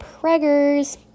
Preggers